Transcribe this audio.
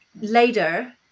later